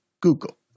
Google